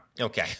Okay